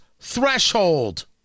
threshold